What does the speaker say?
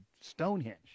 Stonehenge